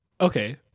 Okay